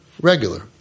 regular